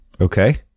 Okay